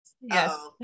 yes